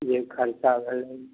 जे खरचा भेलै